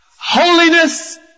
holiness